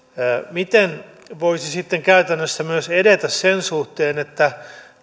miten voisi sitten käytännössä myös edetä sen suhteen että